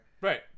right